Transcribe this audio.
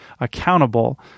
accountable